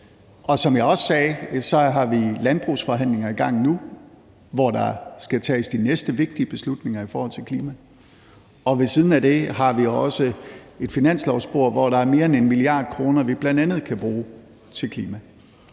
som jeg også sagde, har vi landbrugsforhandlinger i gang nu, hvor der skal tages de næste vigtige beslutninger i forhold til klimaet, og ved siden af det har vi også et finanslovsspor, hvor der er mere end 1 mia. kr., vi bl.a. kan bruge til klimaet.